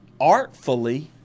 artfully